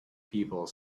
people